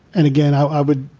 and again, i would.